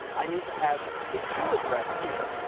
i need to have the to address here,